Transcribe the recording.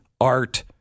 art